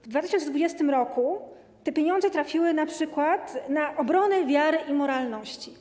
W 2020 r. te pieniądze trafiły np. na obronę wiary i moralności.